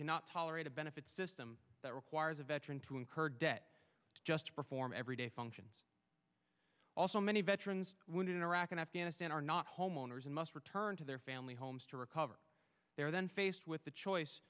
cannot tolerate a benefits system that requires a veteran to incur debt just perform everyday functions also many veterans wounded in iraq and afghanistan are not homeowners and must return to their family homes to recover their then faced with the choice